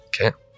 okay